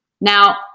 Now